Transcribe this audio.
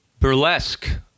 burlesque